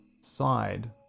side